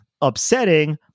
upsetting